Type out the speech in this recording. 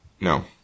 No